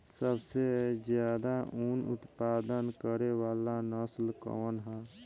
सबसे ज्यादा उन उत्पादन करे वाला नस्ल कवन ह?